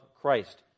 Christ